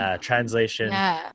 Translation